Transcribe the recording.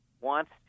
wants